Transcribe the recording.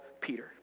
Peter